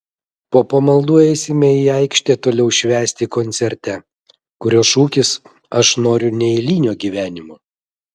po pamaldų eisime į aikštę toliau švęsti koncerte kurio šūkis aš noriu neeilinio gyvenimo